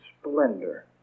splendor